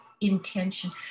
intention